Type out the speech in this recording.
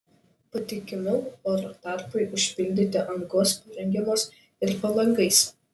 patikimiau oro tarpui užpildyti angos parengiamos ir po langais